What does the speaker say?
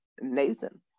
nathan